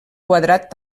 quadrat